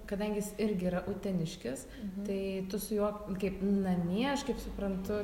kadangi jis irgi yra uteniškis tai tu su juo kaip namie aš kaip suprantu